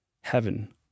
Heaven